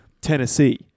Tennessee